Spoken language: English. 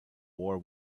war